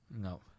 No